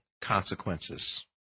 consequences